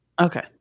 Okay